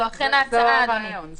זה הרעיון.